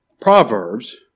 Proverbs